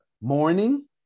Morning